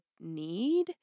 need